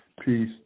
Peace